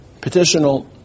petitional